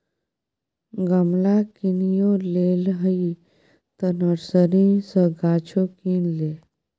गमला किनिये लेलही तँ नर्सरी सँ गाछो किन ले